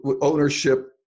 ownership